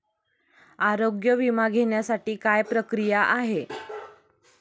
आरोग्य विमा घेण्यासाठी काय प्रक्रिया आहे?